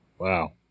Wow